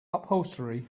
upholstery